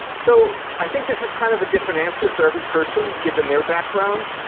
so i think this is kind of a different answer for every person given their background.